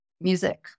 Music